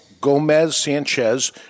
Gomez-Sanchez